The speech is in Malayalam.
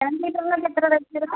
സെവൻ സീറ്ററിനൊക്കെ എത്രയാണ് റേറ്റ് വരിക